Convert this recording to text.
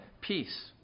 peace